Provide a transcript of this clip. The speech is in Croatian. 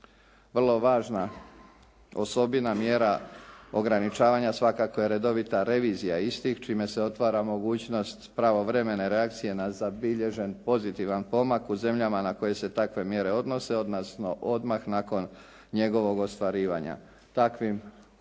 Vrlo važna osobina, mjera ograničavanja svakako je redovita revizija istih čime se otvara mogućnost pravovremene reakcije na zabilježen pozitivan pomak u zemljama na koje se takve mjere odnose, odnosno odmah nakon njegovog ostvarivanja. Takvim